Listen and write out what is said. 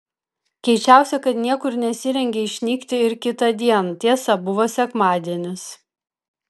keisčiausia kad niekur nesirengė išnykti ir kitądien tiesa buvo sekmadienis